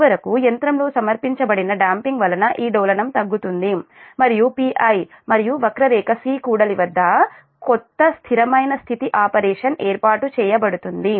చివరకు యంత్రంలో సమర్పించబడిన డాoపింగ్ వలన ఈ డోలనం తగ్గుతుంది మరియు Pi మరియు వక్రరేఖ 'C' కూడలి వద్ద కొత్త స్థిరమైన స్థితి ఆపరేషన్ ఏర్పాటు చేయబడుతుంది